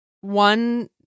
one